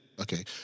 Okay